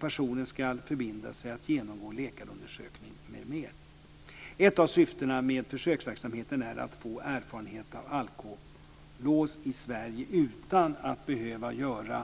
Personen ska förbinda sig att genomgå läkarundersökning m.m. Ett av syftena med försöksverksamheten är att få erfarenhet av alkolås i Sverige utan att behöva göra